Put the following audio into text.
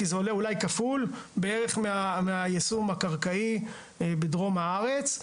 כי זה עולה אולי כפול בערך מהיישום הקרקעי בדרום הארץ.